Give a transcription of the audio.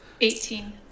Eighteen